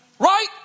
Right